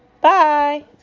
Bye